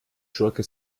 schurke